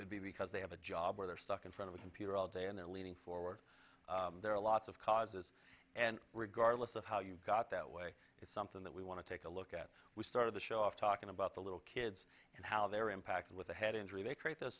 could be because they have a job or they're stuck in front of a computer all day and they're leaning forward there are lots of causes and regardless of how you got that way it's something that we want to take a look at we started the show off talking about the little kids and how they were impacted with a head injury they create th